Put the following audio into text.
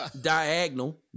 Diagonal